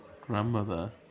grandmother